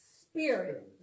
Spirit